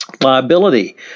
Liability